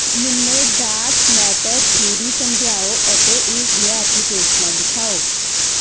ਮੈਨੂੰ dark matter theory ਸਮਝਾਓ ਅਤੇ ਇਸ ਦੀਆਂ ਐਪਲੀਕੇਸ਼ਨਾਂ ਦਿਖਾਓ